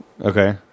Okay